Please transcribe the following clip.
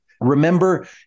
Remember